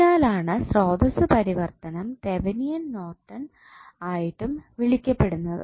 അതിനാലാണ് സ്രോതസ്സ് പരിവർത്തനം തെവനിയൻ നോർട്ടൺ ആയിട്ടും വിളിക്കപ്പെടുന്നത്